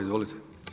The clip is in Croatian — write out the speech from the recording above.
Izvolite.